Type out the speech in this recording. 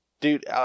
Dude